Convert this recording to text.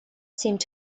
seemed